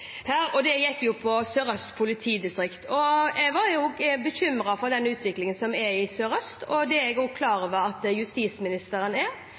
og det gikk på Sør-Øst politidistrikt. Jeg var jo bekymret for utviklingen i Sør-Øst, og det er jeg klar over at også justisministeren er.